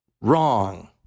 Wrong